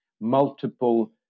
multiple